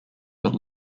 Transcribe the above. that